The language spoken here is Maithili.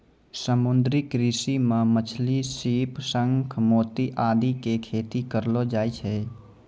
समुद्री कृषि मॅ मछली, सीप, शंख, मोती आदि के खेती करलो जाय छै